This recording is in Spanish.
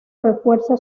refuerza